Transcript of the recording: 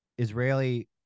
israeli